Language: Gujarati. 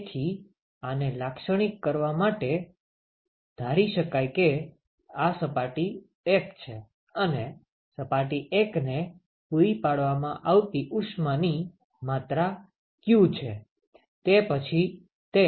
તેથી આને લાક્ષણિક કરવા માટે ધારી શકાય છે કે આ સપાટી 1 છે અને સપાટી 1 ને પૂરી પાડવામાં આવતી ઉષ્માની માત્રા q છે તે પછી તે ત્રણેય સમાંતર રીતે થઈ રહ્યું છે